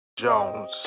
Jones